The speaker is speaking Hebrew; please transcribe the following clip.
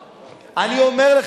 אגב, אני חייב לציין, הייתי אומר אפילו